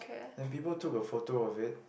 then people took a photo of it